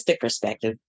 perspective